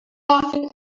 laughing